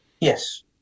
Yes